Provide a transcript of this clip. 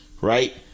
right